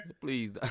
Please